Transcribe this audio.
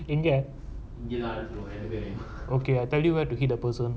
எங்க:enga teddybear கிட்ட பேசுவோம்:kita pesuvom